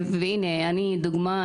הנה, אני דוגמה.